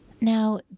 Now